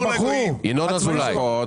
ינון אזולאי,